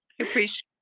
appreciate